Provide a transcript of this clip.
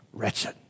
wretched